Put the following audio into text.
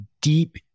deep